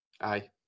Aye